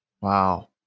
Wow